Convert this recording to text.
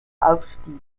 aufstieg